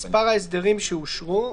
מספר ההסדרים שאושרו.